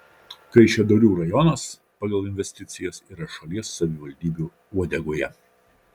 kaišiadorių rajonas pagal investicijas yra šalies savivaldybių uodegoje